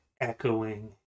echoing